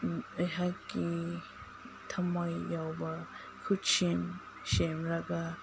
ꯑꯩꯍꯥꯛꯀꯤ ꯊꯝꯃꯣꯏ ꯌꯥꯎꯕ ꯈꯨꯠꯁꯦꯝ ꯁꯦꯝꯂꯒ